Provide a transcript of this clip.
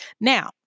Now